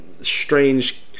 strange